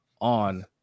on